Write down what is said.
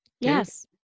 Yes